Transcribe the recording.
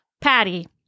Patty